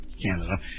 Canada